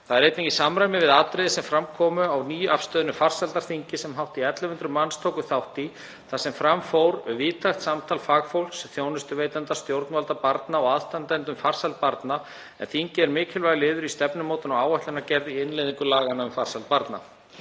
Það er einnig í samræmi við atriði sem fram komu á nýafstöðnu farsældarþingi sem hátt í 1.100 manns tóku þátt í þar sem fram fór víðtækt samtal fagfólks, þjónustuveitenda, stjórnvalda, barna og aðstandenda um farsæld barna, en þingið er mikilvægur liður í stefnumótun og áætlanagerð í innleiðingu laganna um farsæld barna.